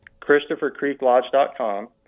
ChristopherCreekLodge.com